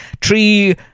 tree